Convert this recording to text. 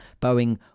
Boeing